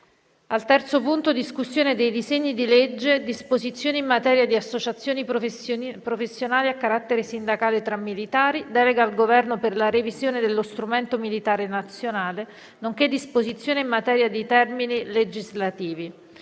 - Disegno di legge n. 825 - Disposizioni in materia di associazioni professionali a carattere sindacale tra militari, delega al Governo per la revisione dello strumento militare nazionale, nonché disposizioni in materia di termini legislativi